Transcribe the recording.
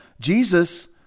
jesus